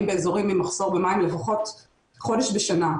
באזורים עם מחסור במים לפחות חודש בשנה.